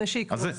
לפני שיקרוס.